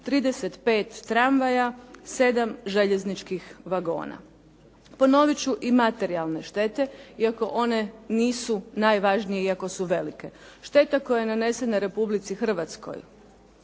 35 tramvaja, 7 željezničkih vagona. Ponovit ću i materijalne štete iako one nisu najvažnije i ako su velike. Šteta koja je nanesena Republici Hrvatskoj